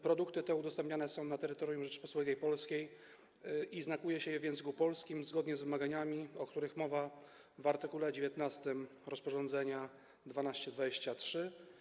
Produkty te udostępniane są na terytorium Rzeczypospolitej Polskiej i znakuje się je w języku polskim zgodnie z wymaganiami, o których mowa w art. 19 rozporządzenia nr 1223.